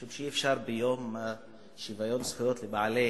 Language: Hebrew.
משום שאי-אפשר ביום שוויון זכויות לבעלי